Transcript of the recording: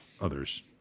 others